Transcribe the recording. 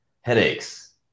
headaches